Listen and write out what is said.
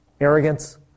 arrogance